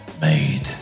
made